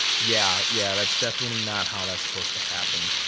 yeah yeah, that's definitely not how that's supposed to happen.